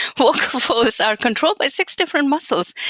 vocal folds are controlled by six different muscles.